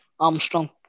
Armstrong